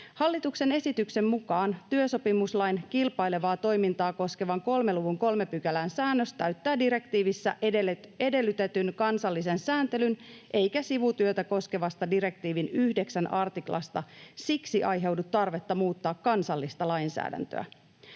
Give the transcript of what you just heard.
Hallituksen esityksen mukaan työsopimuslain kilpailevaa toimintaa koskevan 3 luvun 3 §:n säännös täyttää direktiivissä edellytetyn kansallisen sääntelyn, eikä sivutyötä koskevasta direktiivin 9 artiklasta siksi aiheudu tarvetta muuttaa kansallista lainsäädäntöä.